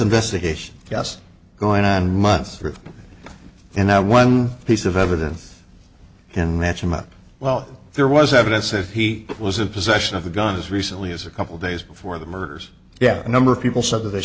investigation yes going on months and now one piece of evidence and match him up well there was evidence that he was a possession of a gun as recently as a couple days before the murders yeah a number of people said that they